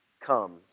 comes